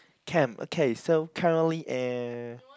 come okay so currently uh